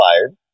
fired